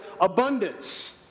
abundance